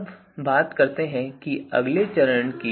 अब बात करते हैं अगले चरण की